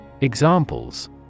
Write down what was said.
Examples